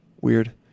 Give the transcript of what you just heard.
Weird